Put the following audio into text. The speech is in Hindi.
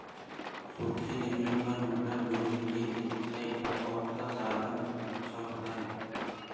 सूखी ज़मीन पर मटर बोने के लिए सिंचाई का कौन सा साधन अच्छा होता है?